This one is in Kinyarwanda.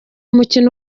mukino